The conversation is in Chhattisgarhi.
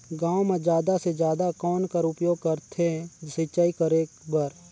गांव म जादा से जादा कौन कर उपयोग करथे सिंचाई करे बर?